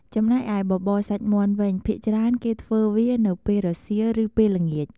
ចំណែកឯបបរសាច់មាន់វិញ ភាគច្រើនគេធ្វើវានៅពេលរសៀលឬពេលល្ងាច។